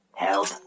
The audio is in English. Help